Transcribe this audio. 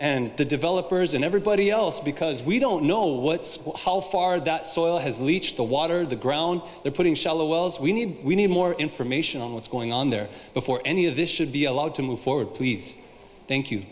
and the developers and everybody else because we don't know what that soil has leached the water the ground they're putting shallow wells we need we need more information on what's going on there before any of this should be allowed to move forward we thank you